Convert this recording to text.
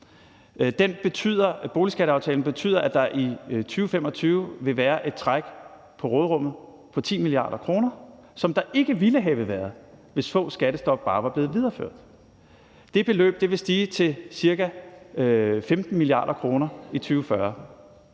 Boligskatteaftalen fra 2017 betyder, at der i 2025 vil være et træk på råderummet på 10 mia. kr., som der ikke ville have været der, hvis Foghs skattestop bare var blevet videreført. Det beløb vil stige til ca. 15 mia. kr. i 2040.